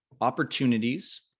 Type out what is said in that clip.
opportunities